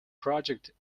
project